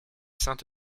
saint